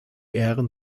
ähren